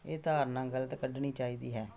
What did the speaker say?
ਇਹ ਧਾਰਨਾ ਗਲਤ ਕੱਢਣੀ ਚਾਹੀਦੀ ਹੈ